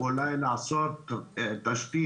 אבל אני רק רוצה לסבר את האוזן.